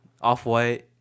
Off-White